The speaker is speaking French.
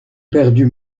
perdu